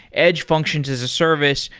edge functions as a service.